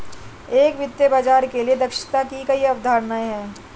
एक वित्तीय बाजार के लिए दक्षता की कई अवधारणाएं हैं